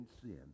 sin